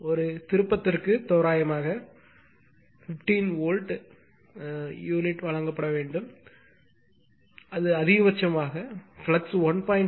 ஒரு திருப்பத்திற்கு தோராயமாக 15 வோல்ட் அலகு வழங்கப்பட வேண்டும் இது அதிகபட்சமாக ஃப்ளக்ஸ் 1